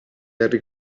harry